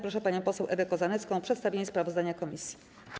Proszę panią poseł Ewę Kozanecką o przedstawienie sprawozdania komisji.